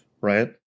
right